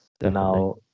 now